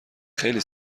خیلی